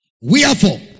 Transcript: Wherefore